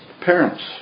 parents